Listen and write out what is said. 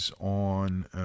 on